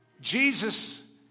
Jesus